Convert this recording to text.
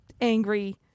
angry